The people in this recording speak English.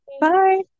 Bye